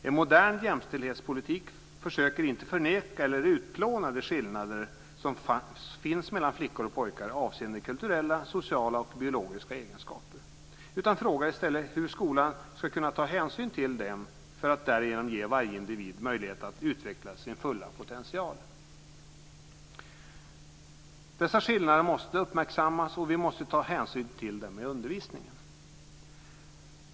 En modern jämställdhetspolitik försöker inte förneka eller utplåna de skillnader som finns mellan flickor och pojkar avseende kulturella, sociala och biologiska egenskaper utan frågar i stället hur skolan ska kunna ta hänsyn till dem för att därigenom ge varje individ möjlighet att utveckla sin fulla potential. Dessa skillnader måste uppmärksammas och vi måste ta hänsyn till dem i undervisningen.